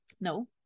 No